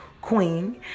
Queen